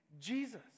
Jesus